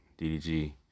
DDG